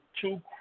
two